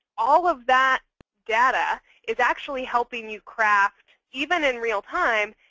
all of that data is actually helping you craft, even in real time,